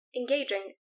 engaging